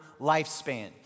lifespan